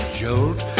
jolt